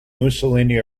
mussolini